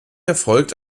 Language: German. erfolgt